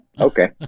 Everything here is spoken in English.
okay